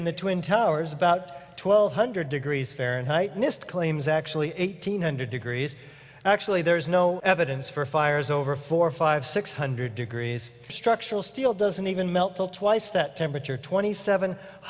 in the twin towers about twelve hundred degrees fahrenheit nist claims actually eight hundred degrees actually there is no evidence for fires over four five six hundred degrees structural steel doesn't even melt twice that temperature twenty seven